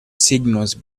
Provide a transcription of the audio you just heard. signals